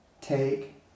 take